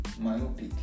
myopic